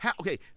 Okay